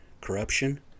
Corruption